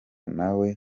nawe